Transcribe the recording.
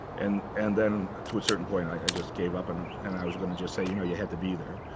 and and then to a certain point, i just gave up, and and i was going to just you know yeah had to be there.